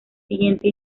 siguiente